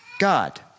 god